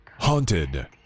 Haunted